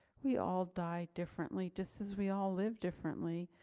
we all die differently just as we all live differently.